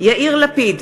יאיר לפיד,